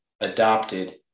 adopted